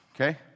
Okay